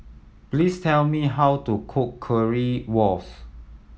please tell me how to cook Currywurst